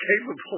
capable